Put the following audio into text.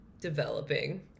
developing